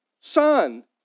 son